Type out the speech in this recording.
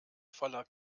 voller